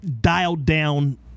dialed-down